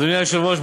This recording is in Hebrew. אדוני היושב-ראש,